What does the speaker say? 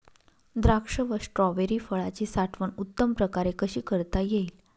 द्राक्ष व स्ट्रॉबेरी फळाची साठवण उत्तम प्रकारे कशी करता येईल?